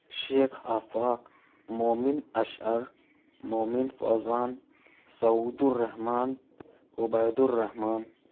Sheikh Afaq Momin Ashar Momin Fauzan Saudurrahman Ubaidurrahman